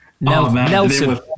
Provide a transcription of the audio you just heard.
Nelson